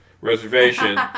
reservation